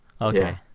Okay